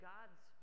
God's